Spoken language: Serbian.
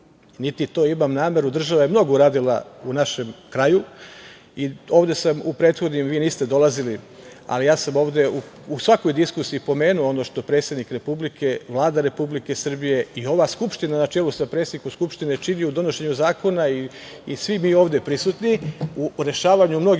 niti to imam nameru. Država je mnogo uradila u našem kraju i ovde sam u prethodnim, vi niste dolazili, ali ja sam ovde u svakoj diskusiji i pomenuo ono što predsednik Republike, Vlada Republike Srbije i ova Skupština na čelu sa predsednikom Skupštine čini u donošenju zakona i svi mi ovde prisutni u rešavanju mnogih